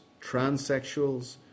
transsexuals